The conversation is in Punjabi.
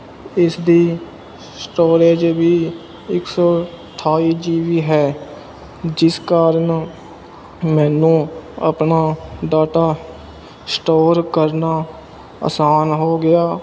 ਇਸਦੀ ਸਟੋਰੇਜ਼ ਵੀ ਇੱਕ ਸੌ ਅਠਾਈ ਜੀ ਬੀ ਹੈ ਜਿਸ ਕਾਰਨ ਮੈਨੂੰ ਆਪਣਾ ਡਾਟਾ ਸਟੋਰ ਕਰਨਾ ਆਸਾਨ ਹੋ ਗਿਆ